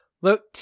Look